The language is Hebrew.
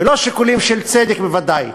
ולא שיקולים של צדק, בוודאי.